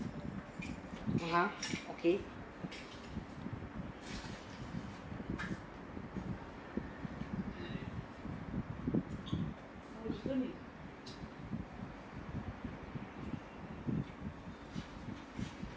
(uh huh) okay